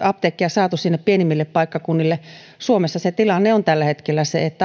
apteekkeja saatu sinne pienimmille paikkakunnille suomessa se tilanne on tällä hetkellä se että